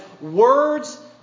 words